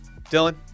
Dylan